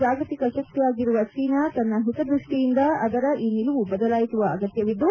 ಜಾಗತಿಕ ಶಕ್ತಿಯಾಗಿರುವ ಚೀನಾ ಹಿತದೃಷ್ಟಿಯಿಂದ ಅದರ ಈ ನಿಲುವು ಬದಲಾಯಿಸುವ ಅಗತ್ವವಿದ್ದು